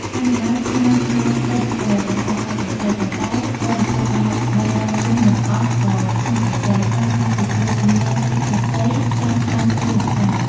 ហនុមានស្មានថាតិចក៏ចំអកឱ្យឥសី ប៉ុន្តែបរិភោគបាយបីដុំនោះមិន អស់ក៏ខ្មាស់ឥសី ហើយហោះទៅជួបនាងវិកតាសី ចាំក្លោងទ្វារលង្កា។